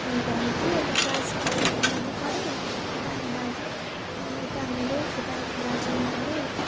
अनि त्यहाँदेखि यता क्लास फोर यता माथि पढेँ यता दार्ज यता मेरै यता दार्जिलिङ पढेँ